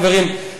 חברים,